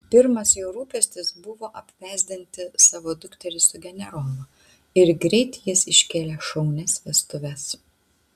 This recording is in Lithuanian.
pirmas jo rūpestis buvo apvesdinti savo dukterį su generolu ir greit jis iškėlė šaunias vestuves